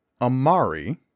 Amari